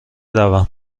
روم